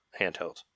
handheld